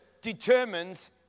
determines